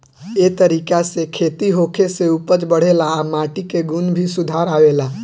ए तरीका से खेती होखे से उपज बढ़ेला आ माटी के गुण में भी सुधार आवेला